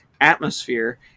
atmosphere